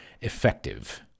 effective